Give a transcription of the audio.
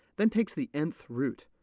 then takes the nth root,